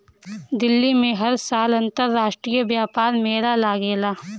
दिल्ली में हर साल अंतरराष्ट्रीय व्यापार मेला लागेला